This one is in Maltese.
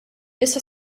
issa